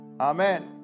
Amen